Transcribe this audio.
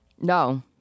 No